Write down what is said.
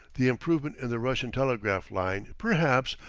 the improvement in the russian telegraph line, perhaps,